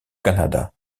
canada